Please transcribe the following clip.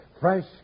Fresh